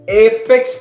apex